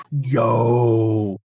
Yo